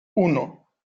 uno